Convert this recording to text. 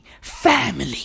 Family